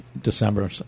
December